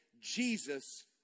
Jesus